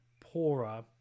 poorer